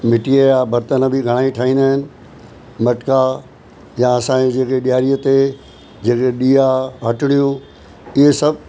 मिटीअ जा बरतन बि घणेई ठही विया आहिनि मटका या असांजी जेकी ॾियारीअ ते जेके ॾीया हटड़ियूं इहे सभ